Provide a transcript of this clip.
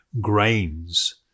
grains